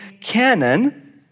canon